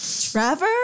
Trevor